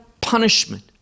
punishment